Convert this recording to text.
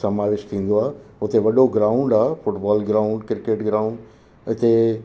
समावेश थींदो आहे उते वॾो ग्राउंड आहे फुटबॉल ग्राउंड क्रिकेट ग्राउंड इते